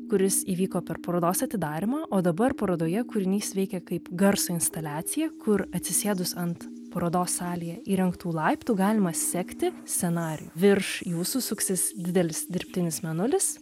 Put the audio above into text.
kuris įvyko per parodos atidarymą o dabar parodoje kūrinys veikia kaip garso instaliacija kur atsisėdus ant parodos salėje įrengtų laiptų galima sekti scenarijų virš jūsų suksis didelis dirbtinis mėnulis